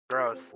Gross